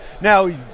Now